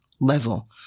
level